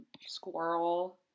squirrel